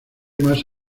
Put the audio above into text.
más